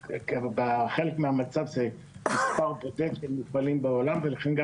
בחלק מהמצב זה מספר בודד של מפעלים בעולם ולכן גם